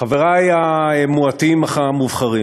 חברי המועטים אך המובחרים,